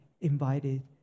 invited